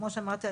כמו שאמרתי,